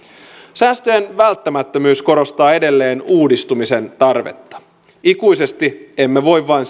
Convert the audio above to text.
säästöjen välttämättömyys korostaa edelleen uudistumisen tarvetta ikuisesti emme voi vain